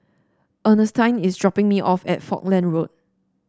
Earnestine is dropping me off at Falkland Road